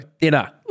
dinner